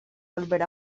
volver